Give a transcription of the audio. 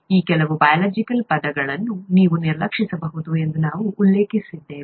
ಈ ಕೆಲವು ಬಯೋಲಾಜಿಕಲ್ ಪದಗಳನ್ನು ನೀವು ನಿರ್ಲಕ್ಷಿಸಬಹುದು ಎಂದು ನಾವು ಉಲ್ಲೇಖಿಸಿದ್ದೇವೆ